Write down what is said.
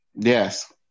Yes